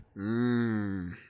Mmm